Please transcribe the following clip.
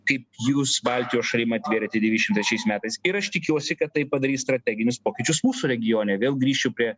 kaip jūs baltijos šalim atvėrėte devyniasdešim trečiais metais ir aš tikiuosi kad tai padarys strateginius pokyčius mūsų regione vėl grįšiu prie